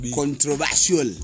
controversial